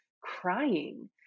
crying